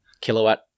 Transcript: kilowatt